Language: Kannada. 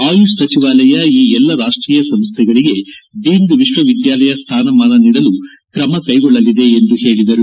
ಆಯುಷ್ ಸಚಿವಾಲಯ ಈ ಎಲ್ಲ ರಾಷ್ಟೀಯ ಸಂಸ್ಥೆಗಳಿಗೆ ಡೀಮ್ಡ್ ವಿಶ್ವವಿದ್ಯಾಲಯ ಸ್ಥಾನಮಾನ ನೀಡಲು ಕ್ರಮಕ್ಶೆಗೊಳ್ಳಲಿದೆ ಎಂದು ಹೇಳಿದರು